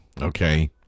okay